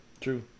True